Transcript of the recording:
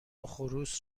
خروس